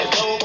no